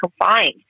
confined